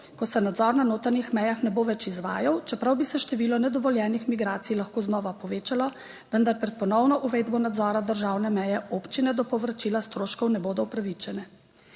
ko se nadzor na notranjih mejah ne bo več izvajal, čeprav bi se število nedovoljenih migracij lahko znova povečalo, vendar pred ponovno uvedbo nadzora državne meje občine do povračila stroškov ne bodo upravičene.